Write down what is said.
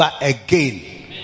again